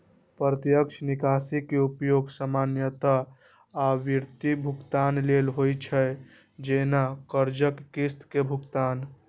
प्रत्यक्ष निकासी के उपयोग सामान्यतः आवर्ती भुगतान लेल होइ छै, जैना कर्जक किस्त के भुगतान